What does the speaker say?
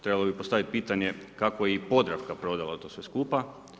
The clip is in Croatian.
Trebalo bi postaviti pitanje kako je i Podravka prodala to sve skupa.